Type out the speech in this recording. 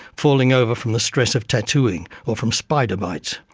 falling over from the stress of tattooing, or from spider bites.